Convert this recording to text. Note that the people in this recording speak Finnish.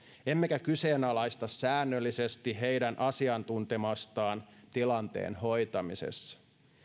emmekä säännöllisesti kyseenalaista heidän asiantuntemustaan tilanteen hoitamisessa